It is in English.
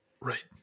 Right